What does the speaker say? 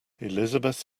elizabeth